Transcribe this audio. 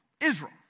Israel